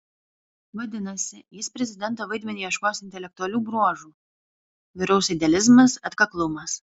vadinasi jis prezidento vaidmeniui ieškos intelektualių bruožų vyraus idealizmas atkaklumas